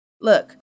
look